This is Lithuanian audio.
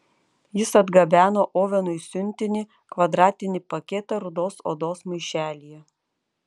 jis atgabeno ovenui siuntinį kvadratinį paketą rudos odos maišelyje